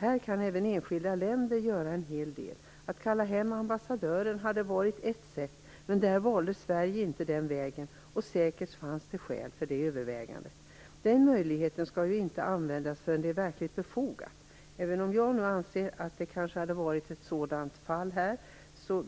Här kan även enskilda länder göra en hel del. Att kalla hem ambassadören hade varit ett sätt. Sverige valde inte den vägen. Säkert fanns det skäl för det övervägandet. Den möjligheten skall ju inte användas förrän det är verkligt befogat. Även om jag anser att detta är ett sådant fall